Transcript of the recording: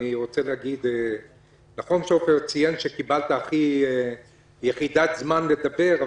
זה נכון שעפר ציין שקיבלת הכי הרבה זמן לדבר,